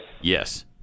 Yes